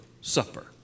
supper